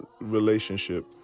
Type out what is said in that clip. relationship